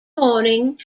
morning